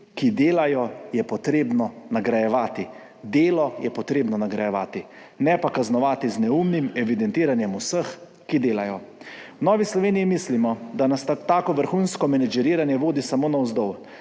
ki delajo, je treba nagrajevati, delo je treba nagrajevati, ne pa kaznovati z neumnim evidentiranjem vse, ki delajo. V Novi Sloveniji mislimo, da nas tako vrhunsko menedžeriranje vodi samo navzdol,